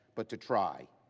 but, to try.